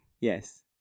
Yes